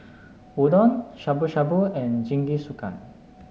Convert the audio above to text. Udon Shabu Shabu and Jingisukan